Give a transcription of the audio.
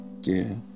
dear